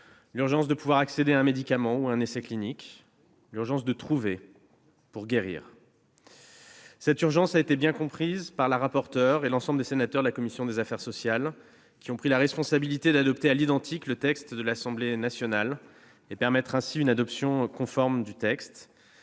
l'urgence de pouvoir accéder à un médicament ou à un essai clinique ; l'urgence de trouver pour guérir. Cette urgence a été bien comprise par Mme la rapporteur et par l'ensemble des sénateurs de la commission des affaires sociales, qui ont pris la responsabilité d'adopter à l'identique le texte de l'Assemblée nationale et de permettre ainsi une adoption conforme. Je les